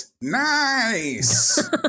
Nice